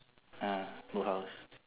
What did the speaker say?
ah boathouse